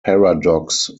paradox